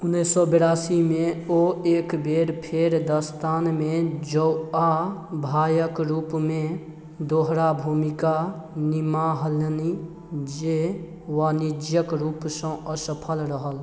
उनैस सओ बेरासीमे ओ एक बेर फेर दस्तानमे जौआँ भाइके रूपमे दोहरा भूमिका निमाहलनि जे वाणिज्यिक रूपसँ असफल रहल